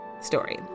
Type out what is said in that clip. story